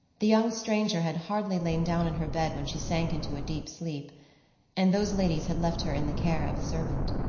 the young stranger had hardly lain down in her bed when she sank into a deep sleep and those ladies had left her in the care of a servant.